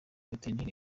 veterineri